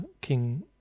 King